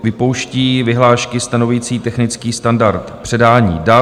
Vypouští vyhlášky stanovující technický standard předání dat.